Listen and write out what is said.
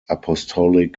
apostolic